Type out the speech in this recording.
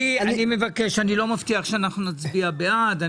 אני לא מבטיח שאנחנו נצביע בעד.